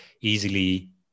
easily